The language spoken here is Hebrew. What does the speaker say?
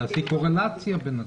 תעשי קורלציה בין הדברים.